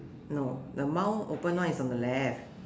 no the mouth open lah is on the left